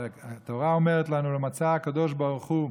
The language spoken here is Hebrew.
התורה אומרת לנו: לא מצא הקדוש ברוך הוא,